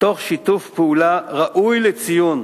תוך שיתוף פעולה ראוי לציון